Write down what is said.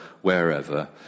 wherever